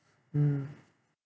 mm